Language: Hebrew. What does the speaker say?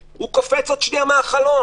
הוא קופץ עוד רגע מהחלון.